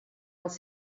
els